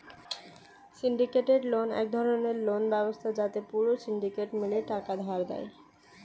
syndicated loan এক ধরণের loan ব্যবস্থা যাতে পুরো সিন্ডিকেট মিলে টাকা ধার দেয়